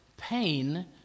pain